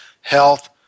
health